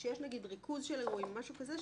כשיש נגיד ריכוז של אירועים או משהו כזה,